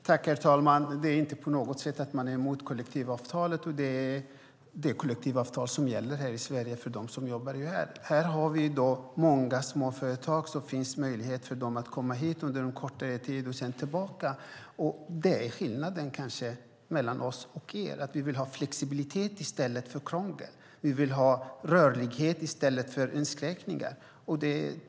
Herr talman! Vi är inte på något sätt emot kollektivavtal. För dem som jobbar i Sverige är det kollektivavtal som gäller. Det finns möjlighet för många småföretagare att komma hit under en kortare tid och sedan åka tillbaka. Skillnaden mellan oss och Vänsterpartiet är kanske att vi vill ha flexibilitet i stället för krångel. Vi vill ha rörlighet i stället för inskränkningar.